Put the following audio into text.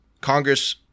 Congress